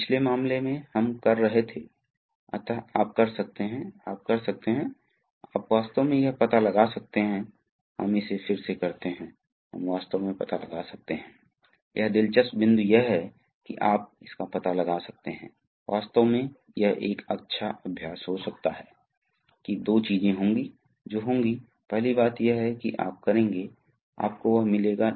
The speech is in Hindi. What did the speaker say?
फिर क्या होगा वह बाद में आएगा इसलिए हम देख सकते हैं कि यदि हम द्रव प्रवाह को यहां लागू करते हैं तो द्रव इस दिशा में स्वतंत्र रूप से गुजरता है अब क्या होता है कि यह दूसरी दिशा में पारित नहीं हो सकता है क्यों इसमें पारित नहीं हो सकता है दूसरी दिशा क्योंकि अगर मैं दूसरी दिशा को चिह्नित करने के लिए रंग बदल दूंगा इसलिए यदि यदि द्रव अब शुरू होता है तो इस पोर्ट में प्रवेश करने की कोशिश करेगा तो यह दबाया जायेगा